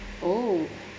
oh